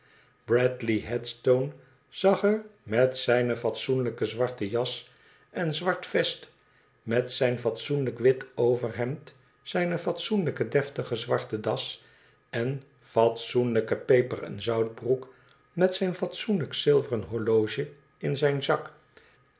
bradley headstone zag er met zijne fatsoenlijke zwarte jas en zwart vest met zijn fatsoenliik wit overhemd zijne fatsoenlijke deftige zwarte das en fatsoenlijke peper en zout broek met zijn fatsoenlijk zilveren horloge in zijn zak